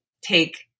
take